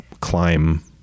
climb